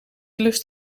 lust